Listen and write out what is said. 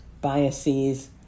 biases